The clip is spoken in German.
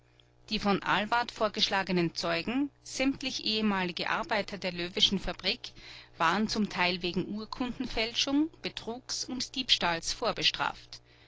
die von ahlwardt vorgeschlagenen zeugen sämtlich ehemalige arbeiter der löweschen fabrik waren zum teil wegen urkundenfälschung betrugs und diebstahls vorbestraft